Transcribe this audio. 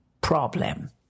problem